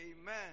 Amen